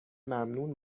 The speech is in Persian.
ممنون